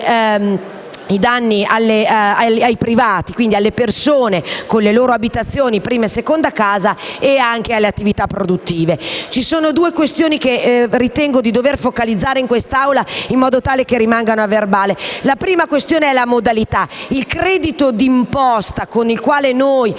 i danni ai privati, quindi alle persone con le loro abitazioni, prima e seconda casa, e anche alle attività produttive. Ci sono due aspetti che ritengo di dover focalizzare in quest'Aula in modo tale che rimangano a verbale. In primo luogo, la modalità: il credito d'imposta, con il quale noi erogheremo